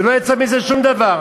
ולא יצא מזה שום דבר.